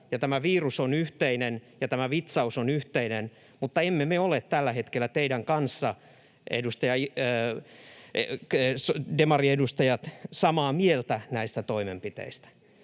tämä virus on yhteinen ja tämä vitsaus on yhteinen, mutta emme me ole tällä hetkellä teidän kanssanne, demariedustajat, samaa mieltä näistä toimenpiteistä.